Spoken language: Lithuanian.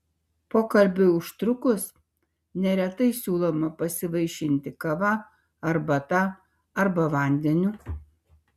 pokalbiui užtrukus neretai siūloma pasivaišinti kava arbata arba vandeniu